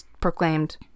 proclaimed